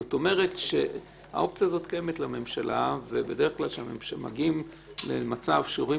זאת אומרת האופציה הזאת קיימת לממשלה ובדרך כלל כשמגיעים למצב שרואים